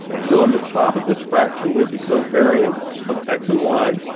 so on the top of this fraction we have the covariance of x and y.